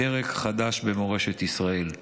פרק חדש במורשת ישראל.